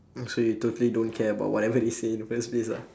so you totally don't care about whatever they say in the first place lah